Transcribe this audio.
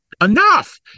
enough